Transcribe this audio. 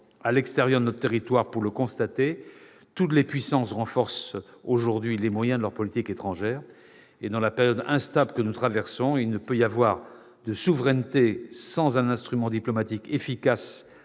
de temps hors de notre territoire pour constater que toutes les puissances renforcent aujourd'hui les moyens de leur politique étrangère. Dans la période instable que nous traversons, il ne peut y avoir de souveraineté sans un instrument diplomatique efficace,